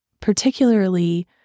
particularly